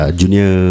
junior